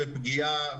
פגיעה